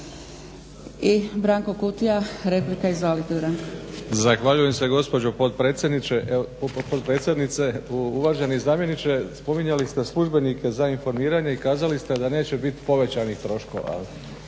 **Kutija, Branko (HDZ)** Zahvaljujem se gospođo potpredsjednice. Uvaženi zamjeniče, spominjali ste službenike za informiranje i kazali ste da neće biti povećanih troškova.